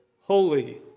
holy